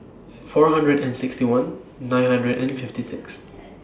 four hundred and sixty one nine hundred and fifty six